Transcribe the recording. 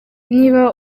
niba